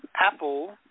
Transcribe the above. Apple